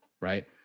right